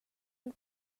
and